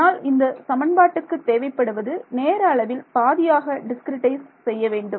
ஆனால் இந்த சமன்பாட்டுக்கு தேவைப்படுவது நேர அளவில் பாதியாக டிஸ்கிரிட்டைஸ் செய்ய வேண்டும்